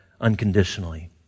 unconditionally